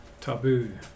taboo